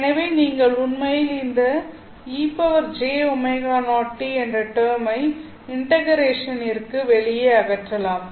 எனவே நீங்கள் உண்மையில் இந்த ejω0t என்ற டெர்மை இண்டெகரேஷன் னிற்கு வெளியே அகற்றலாம்